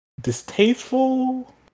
Distasteful